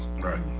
Right